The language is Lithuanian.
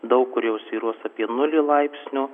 daug kur jau svyruos apie nulį laipsnių